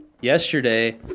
Yesterday